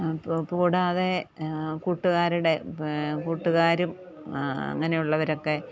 ഇപ്പോൾ ഇപ്പോൾ കൂടാതെ കൂട്ടുകാരുടെ കൂട്ടുകാരും അങ്ങനെയുള്ളവരൊക്കെ